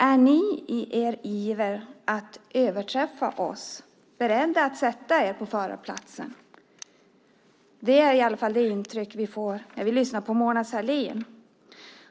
Är ni i er iver att överträffa oss beredda att sätta er på förarplatsen? Det är i alla fall det intryck vi får när vi lyssnar på Mona Sahlin.